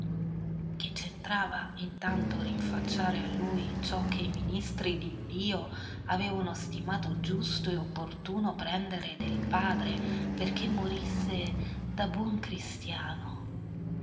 che c'entrava intanto rinfacciare a lui ciò che i ministri di dio avevano stimato giusto e opportuno pretendere dal padre perché morisse da buon cristiano